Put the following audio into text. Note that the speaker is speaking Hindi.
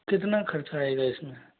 कितना खर्चा आएगा इसमें